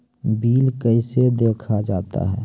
Bill कैसे देखा जाता हैं?